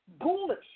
ghoulish